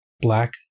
Black